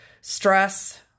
Stress